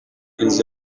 inzu